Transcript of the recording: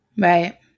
Right